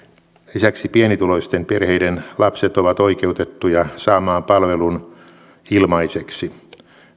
lisäksi pienituloisten perheiden lapset ovat oikeutettuja saamaan palvelun ilmaiseksi